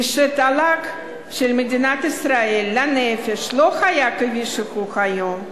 כשהתל"ג של מדינת ישראל לנפש לא היה כפי שהוא היום,